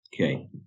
okay